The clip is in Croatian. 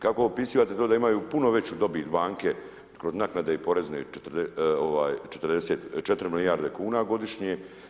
Kako opisivate to da imaju puno veću dobit banke kroz naknade i poreze, 4 milijarde kuna godišnje?